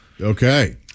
Okay